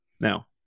now